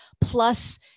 plus